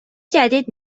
جدید